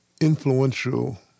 influential